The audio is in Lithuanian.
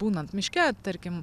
būnant miške tarkim